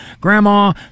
grandma